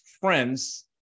friends